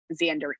xander